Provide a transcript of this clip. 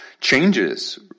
changes